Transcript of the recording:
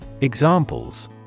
Examples